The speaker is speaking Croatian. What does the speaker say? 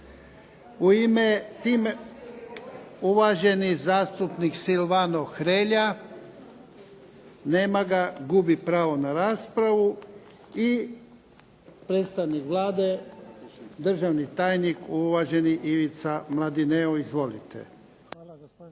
čuje./… Uvaženi zastupnik Silvano Hrelja. Nema ga. Gubi pravo na raspravu. I predstavnik Vlade, državni tajnik, uvaženi Ivica Mladineo. Izvolite.